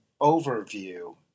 overview